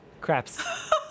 Craps